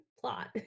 plot